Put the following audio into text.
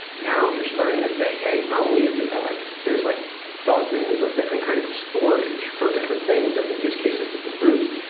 now you're starting to say, hey, not only is it that like there's like dozens of different kinds of storage for different things, different use cases, different groups,